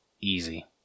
Easy